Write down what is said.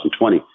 2020